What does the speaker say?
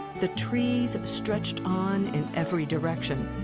the trees stretched on in every direction.